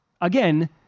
Again